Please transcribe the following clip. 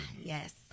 Yes